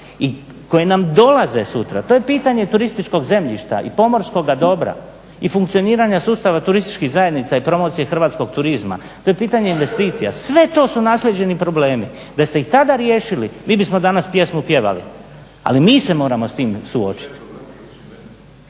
i koji nam dolaze sutra, to je pitanje turističkog zemljišta i pomorskoga dobra i funkcioniranja sustava turističkih zajednica i promocije hrvatskog turizma, to je pitanje investicija, sve to su naslijeđeni problemi. Da ste ih tada riješili, mi bismo danas pjesmu pjevali ali mi se moramo sa time suočiti.